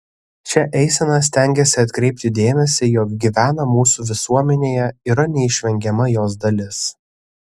šia eisena stengiasi atkreipti dėmesį jog gyvena mūsų visuomenėje yra neišvengiama jos dalis